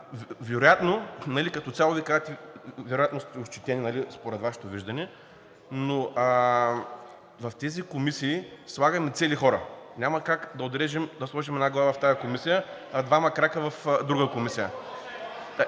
хора. Като цяло Вие казвате, че вероятно сте ощетени, според Вашето виждане, но в тези комисии слагаме цели хора. Няма как да отрежем, да сложим една глава в тази комисия, а два крака в друга комисия.